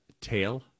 tail